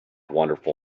wonderful